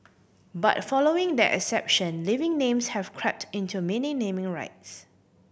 but following that exception living names have crept into many naming rights